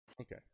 Okay